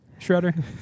shredder